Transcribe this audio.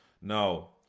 now